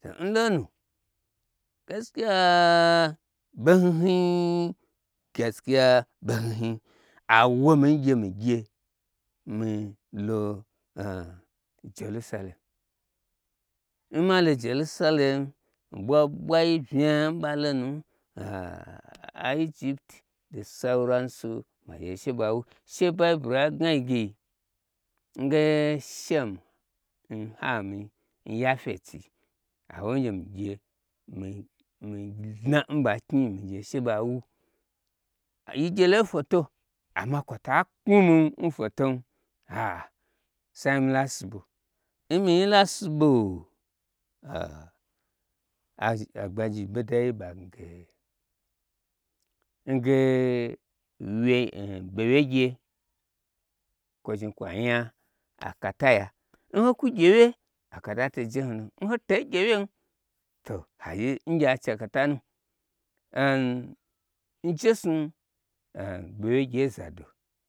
to n lonu gaskiya a-a ɓo hni hni n n n gaskiya ɓe hni hni awomi ngye nigye milo jelusalem; nmalo jelusalem ɓwa ɓwai vnya n ɓalonu dit da sauran su mi gye shebawu she bible agnaige nge shem n an yi n ye fet yi awo mi n gye migye mi dna n ɓa knyi mi gye she ɓa wu, yi gyelo foto amma kwota knwunin foto a'a sai mila siɓo nmii la siɓo a'a agbagyi n ɓodai ɓagnage ngee ɓo wyegye kwo zhni kwanya akata ya n hokwu gye wye akata to jehnu n hote gye wyem to hagye n gye ache akatanu an njesnu an ɓe wye gye n zado